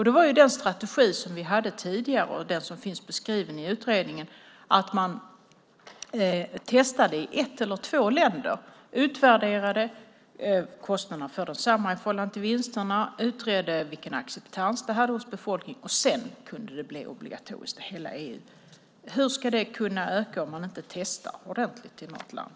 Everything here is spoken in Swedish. Det var den strategi som vi hade tidigare och som finns beskriven i utredningen, nämligen att man testade i ett eller två länder, utvärderade kostnaderna i förhållande till vinsterna, utredde vilken acceptans det hade hos befolkningen och att det sedan kunde bli obligatoriskt i hela EU. Hur ska detta kunna öka om man inte testar ordentligt i något land?